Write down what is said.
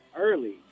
early